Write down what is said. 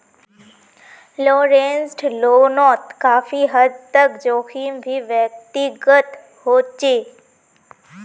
leveraged लोनोत काफी हद तक जोखिम भी व्यक्तिगत होचे